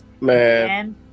Man